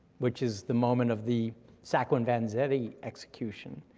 which is the moment of the sacco and vanzetti execution,